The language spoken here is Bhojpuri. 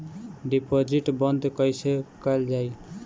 डिपोजिट बंद कैसे कैल जाइ?